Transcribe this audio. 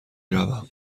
روم